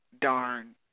darn